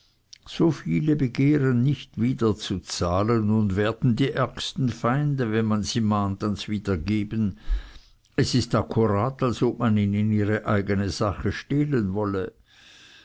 so viele begehren nicht wieder zu zahlen und werden die ärgsten feinde wenn man sie mahnt ans wiedergeben es ist akkurat als ob man ihnen ihre eigene sache stehlen wolle